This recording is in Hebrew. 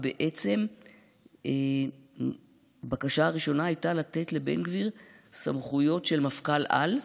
בעצם הבקשה הראשונה הייתה לתת לבן גביר סמכויות של מפכ"ל-על.